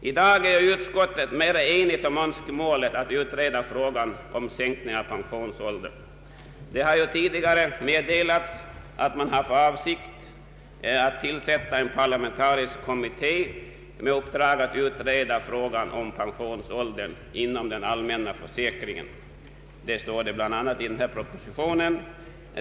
I dag är utskottet mera enigt om önskemålet att utreda frågan om en sänkning av pensionsåldern. Det har ju tidigare meddelats att man har för avsikt att tillsätta en parlamentarisk kommitté med uppdrag att utreda frågan om pensionsåldern inom den allmänna försäkringen — detta har sagts bl.a. i propositionen.